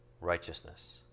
righteousness